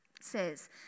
says